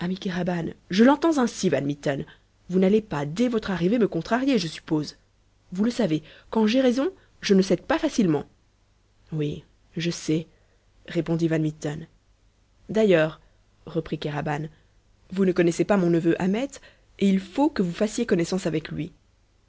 je l'entends ainsi van mitten vous n'allez pas dès votre arrivée me contrarier je suppose vous le savez quand j'ai raison je ne cède pas facilement oui je sais répondit van mitten d'ailleurs reprit kéraban vous ne connaissez pas mon neveu ahmet el il faut que vous fassiez connaissance avec lui